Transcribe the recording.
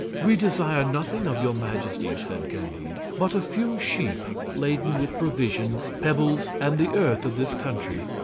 we desire nothing of your majesty, says candide, but a few sheep laden with provisions, pebbles, and the earth of this country.